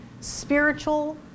spiritual